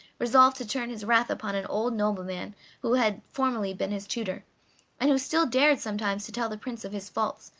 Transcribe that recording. resolved to turn his wrath upon an old nobleman who had formerly been his tutor and who still dared sometimes to tell the prince of his faults,